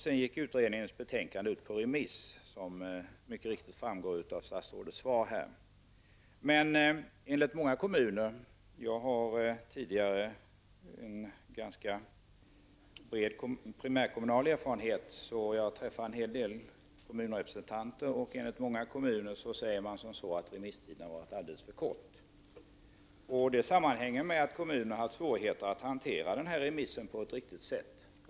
Sedan gick utredningens betänkande ut på remiss, vilket mycket riktigt framgår av statsrådets svar. Jag har själv sedan tidigare en ganska bred primärkommunal erfarenhet och träffar en hel del kommunrepresentanter och jag vet att man i många kommuner anser att remisstiden har varit alldeles för kort. Det sammanhänger med att kommunerna har haft svårigheter gäller att hantera denna remiss på ett riktigt sätt.